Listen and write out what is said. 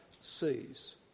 sees